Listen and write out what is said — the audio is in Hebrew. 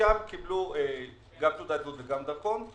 חלקם קיבלו גם תעודת זהות וגם דרכון,